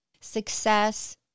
success